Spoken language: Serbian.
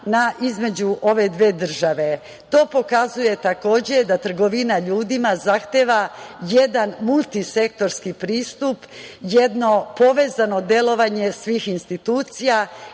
između ove dve države. To pokazuje da trgovina ljudima zahteva jedan multisektorski pristup, jedno povezano delovanje svih institucija,